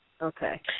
Okay